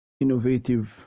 innovative